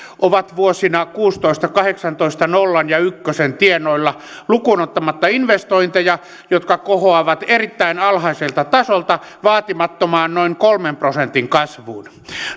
vuosina kuusitoista viiva kahdeksantoista ovat nolla ja yhden tienoilla lukuun ottamatta investointeja jotka kohoavat erittäin alhaiselta tasolta vaatimattomaan noin kolmen prosentin kasvuun